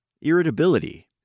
irritability